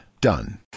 Done